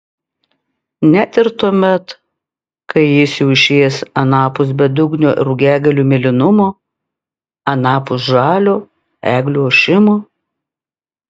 net ir tuomet kai jis jau išėjęs anapus bedugnio rugiagėlių mėlynumo anapus žalio eglių ošimo